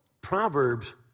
Proverbs